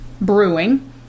brewing